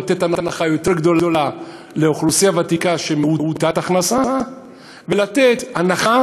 לתת הנחה יותר גדולה לאוכלוסייה ותיקה מעוטת הכנסה ולתת הנחה